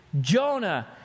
Jonah